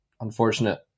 unfortunate